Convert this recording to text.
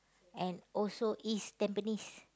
and also East Tampines